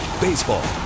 Baseball